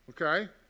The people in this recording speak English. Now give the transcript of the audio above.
okay